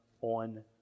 on